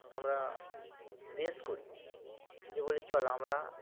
আমরা রেস করি যে বলি চল আমরা